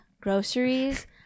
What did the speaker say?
groceries